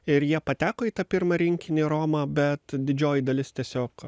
ir jie pateko į tą pirmą rinkinį roma bet didžioji dalis tiesiog